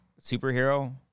superhero